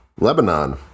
Lebanon